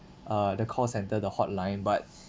uh the call centre the hotline but